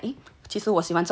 其实我喜欢这种